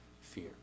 fear